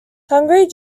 hungry